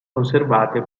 conservate